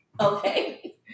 okay